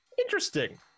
Interesting